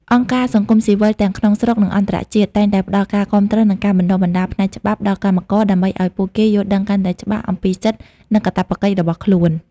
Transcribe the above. អង្គការសង្គមស៊ីវិលទាំងក្នុងស្រុក និងអន្តរជាតិ តែងតែផ្តល់ការគាំទ្រ និងការបណ្តុះបណ្តាលផ្នែកច្បាប់ដល់កម្មករ ដើម្បីឱ្យពួកគេយល់ដឹងកាន់តែច្បាស់អំពីសិទ្ធិ និងកាតព្វកិច្ចរបស់ខ្លួន។